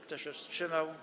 Kto się wstrzymał?